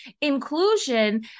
inclusion